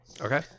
Okay